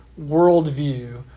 worldview